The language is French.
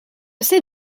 sais